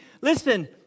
listen